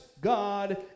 God